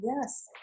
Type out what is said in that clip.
Yes